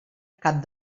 cap